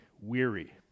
weary